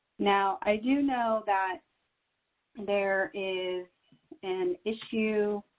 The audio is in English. now i do know that there is an issue